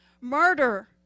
murder